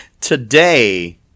today